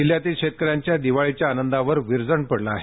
जिल्ह्यातील शेतकऱ्यांच्या दिवाळीच्या आनंदावर विरजण पडलं आहे